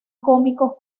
cómicos